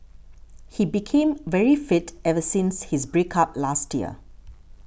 he became very fit ever since his break up last year